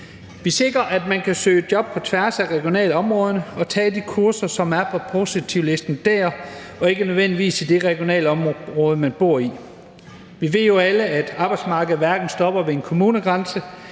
Vi sikrer, at man kan søge job på tværs af regionale områder og tage de kurser, som er på positivlisten dér og ikke nødvendigvis i det regionale område, man bor i. Vi ved jo alle, at arbejdsmarkedet hverken stopper ved en kommunegrænse